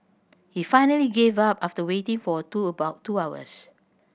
he finally gave up after waiting for two about two hours